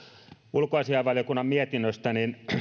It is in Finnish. ulkoasiainvaliokunnan mietinnöstä